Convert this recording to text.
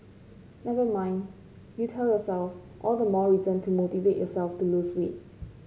never mind you tell yourself all the more reason to motivate yourself to lose weight